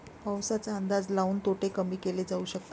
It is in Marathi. पाऊसाचा अंदाज लाऊन तोटे कमी केले जाऊ शकतात